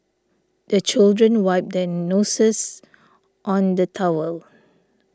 the children wipe their noses on the towel